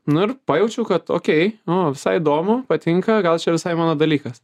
nu ir pajaučiau kad okei nu visai įdomu patinka gal čia visai mano dalykas